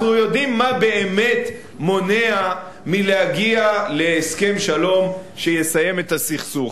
אנחנו יודעים מה באמת מונע מלהגיע להסכם שלום שיסיים את הסכסוך.